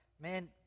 man